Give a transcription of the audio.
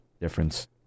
difference